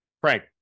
Frank